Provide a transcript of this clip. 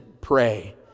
pray